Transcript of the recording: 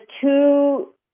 two